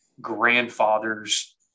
grandfather's